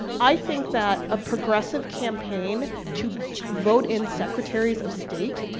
i think that a progressive campaign to vote in secretaries of state,